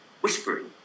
whispering